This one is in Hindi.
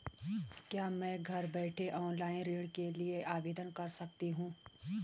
क्या मैं घर बैठे ऑनलाइन ऋण के लिए आवेदन कर सकती हूँ?